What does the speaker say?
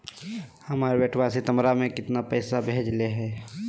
हमर बेटवा सितंबरा में कितना पैसवा भेजले हई?